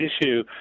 issue